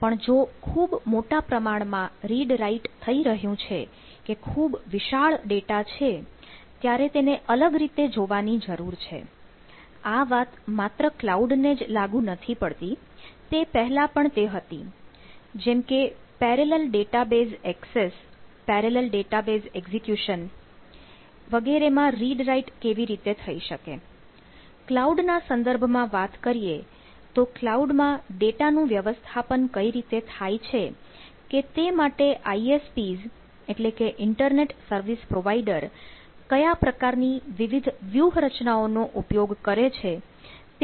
તો આપણા પરંપરાગત રિલેશનલ કયા પ્રકારની વિવિધ વ્યૂહરચનાઓ નો ઉપયોગ કરે છે તેનું આપણે વિહંગાવલોકન કરશું